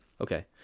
Okay